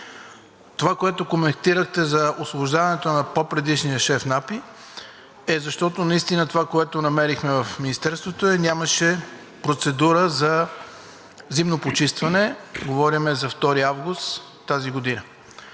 Това, което коментирате за освобождаване на по-предишния шеф на АПИ, е, защото наистина това, което намерихме в Министерството, е, че нямаше процедура за зимно почистване. Говорим за 2 август 2022 г.